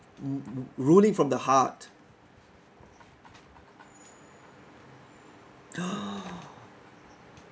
r~ ruling from the heart !whoa!